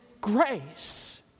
grace